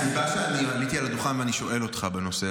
הסיבה שאני עליתי על הדוכן ואני שואל אותך בנושא